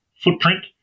Footprint